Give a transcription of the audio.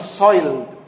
soiled